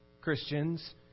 Christians